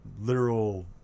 literal